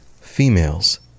females